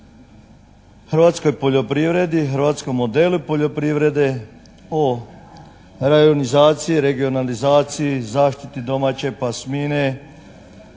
hrvatskoj poljoprivredi, hrvatskom modelu poljoprivrede, o rajonizaciji regionalizaciji, zaštiti domaće pasmine